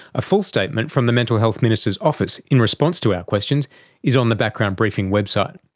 a full statement from the mental health minister's office in response to our questions is on the background briefing website.